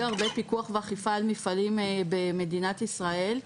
הרבה פיקוח ואכיפה על מפעלים במדינת ישראל,